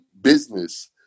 business